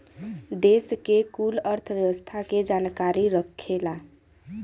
देस के कुल अर्थव्यवस्था के जानकारी रखेला